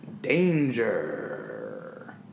Danger